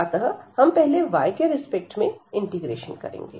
अतः हम पहले y के रिस्पेक्ट में इंटीग्रेशन करेंगे